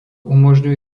umožňuje